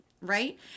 right